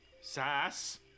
Sass